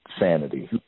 sanity